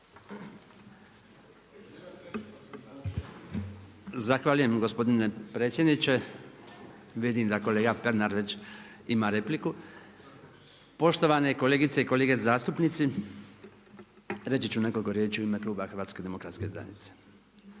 Zahvaljujem gospodine predsjedniče. Vidim da kolega Pernar već ima repliku. Poštovane kolegice i kolege zastupnici. Reći ću nekoliko riječi u ime Kluba HDZ-a. Najprije,